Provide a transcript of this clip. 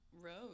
Rose